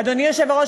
אדוני היושב-ראש,